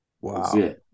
Wow